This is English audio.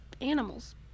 animals